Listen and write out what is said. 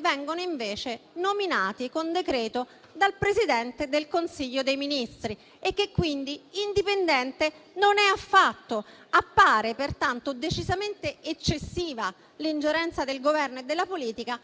vengono però nominati con decreto del Presidente del Consiglio dei ministri e che, quindi, indipendente non è affatto. Appare pertanto decisamente eccessiva l'ingerenza del Governo e della politica